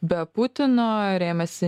be putino rėmėsi